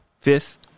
fifth